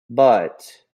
but